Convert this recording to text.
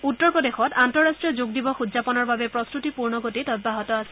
উত্তৰ প্ৰদেশত আন্তঃৰাষ্ট্ৰীয় যোগ দিৱস উদযাপনৰ বাবে প্ৰস্তুতি পূৰ্ণ গতিত অব্যাহত আছে